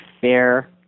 fair